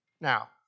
Now